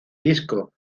disco